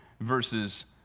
verses